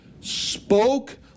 spoke